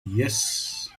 yes